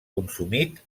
consumit